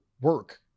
work